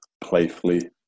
playfully